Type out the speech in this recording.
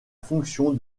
fonction